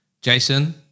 Jason